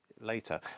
later